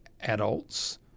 adults